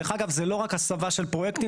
דרך אגב, זה לא רק הסבה של פרויקטים.